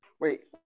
Wait